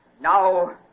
Now